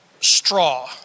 straw